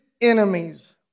enemies